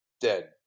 dead